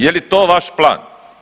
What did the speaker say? Je li to vaš plan?